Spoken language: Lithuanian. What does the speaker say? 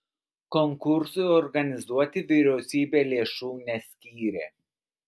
konkursui organizuoti vyriausybė lėšų neskyrė